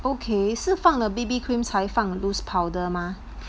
okay 是放了 B_B cream 才放 loose powder 吗